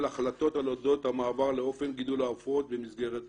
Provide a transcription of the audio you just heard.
החלטות באשר לאופן גידול העופות במסגרת הרפורמה.